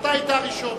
אתה היית הראשון.